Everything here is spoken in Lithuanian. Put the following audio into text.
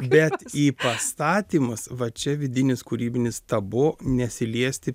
bet į pastatymus va čia vidinis kūrybinis tabu nesiliesti